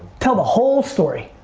tell the whole story.